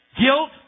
Guilt